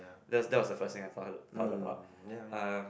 there's there was the first thing I thought thought about um